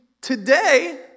today